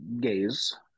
gays